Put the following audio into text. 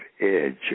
Edge